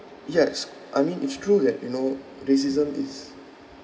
yes I mean it's true that you know racism is